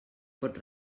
pot